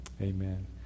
Amen